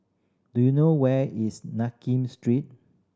do you know where is Nakin Street